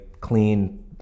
clean